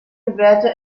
gewährte